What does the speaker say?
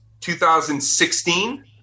2016